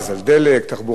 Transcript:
תחבורה ציבורית,